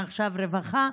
מעכשיו רווחה,